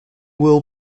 will